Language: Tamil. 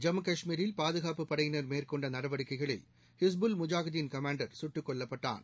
ஜம்மு கஷ்மீரில் பாதுகாப்பு படையினர் மேற்கொண்டநடவடிக்கைகளில் ஹிஸ்புல் முஜாகிதீன் கமாண்டர் சுட்டுக்கொல்லப்பட்டான்